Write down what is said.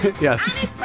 Yes